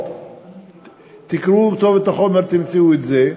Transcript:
או תקראו טוב את החומר ותמצאו את זה,